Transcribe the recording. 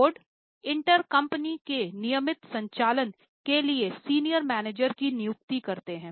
board in turn company के नियमित संचालन के लिए सीनियर मैनेजर की नियुक्ति करते हैं